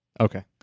Okay